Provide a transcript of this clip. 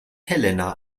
helena